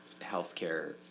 healthcare